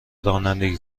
رانندگی